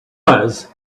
was